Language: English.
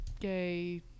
gay